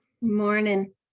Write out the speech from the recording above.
Morning